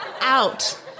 out